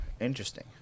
Interesting